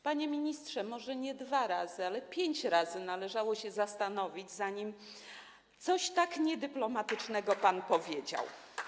Panie ministrze, może nie dwa razy, ale pięć razy należało się zastanowić, zanim coś tak niedyplomatycznego pan powiedział.